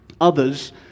Others